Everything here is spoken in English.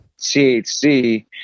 CHC